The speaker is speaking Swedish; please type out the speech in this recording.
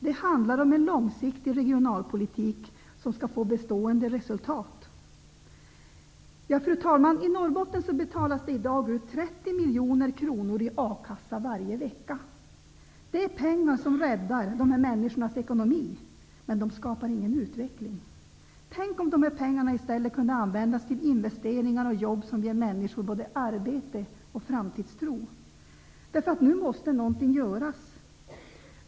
Det handlar om en långsiktig regionalpolitik som skall få bestående resultat. Fru talman! I Norrbotten betalas det varje vecka ut 30 miljoner kronor i A-kasseersättning. Det är pengar som räddar de här människornas ekonomi, men de skapar ingen utveckling. Tänk om de pengarna i stället kunde användas till investeringar som ger människor både arbete och framtidstro! Nu måste någonting göras.